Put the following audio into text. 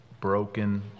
broken